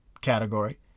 category